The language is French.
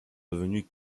devenue